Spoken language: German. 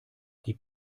die